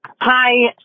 Hi